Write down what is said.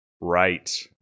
right